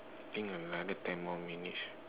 think another ten more minutes